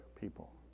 people